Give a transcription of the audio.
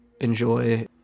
enjoy